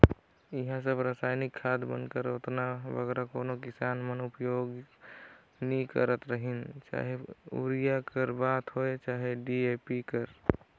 इहों सब रसइनिक खाद मन कर ओतना बगरा कोनो किसान मन उपियोग नी करत रहिन चहे यूरिया कर बात होए चहे डी.ए.पी कर